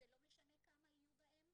זה לא משנה כמה יהיו בהם,